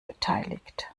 beteiligt